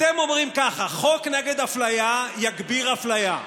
אתם אומרים ככה: חוק נגד אפליה יגביר אפליה.